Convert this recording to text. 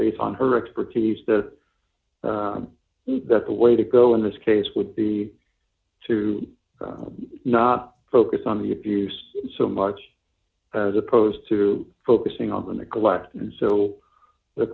based on her expertise to see that the way to go in this case would be to not focus on the use so much as opposed to focusing on the neglect and so the